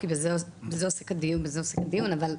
וזה מה שעשיתי מהבוקר עד הערב בדרום אמריקה.